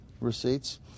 receipts